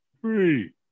Three